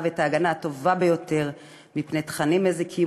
את ההגנה הטובה ביותר מפני תכנים מזיקים,